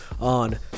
on